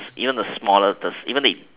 even the smallest the even the